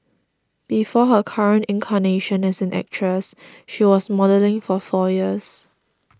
before her current incarnation as an actress she was modelling for four years